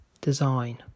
Design